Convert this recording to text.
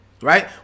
right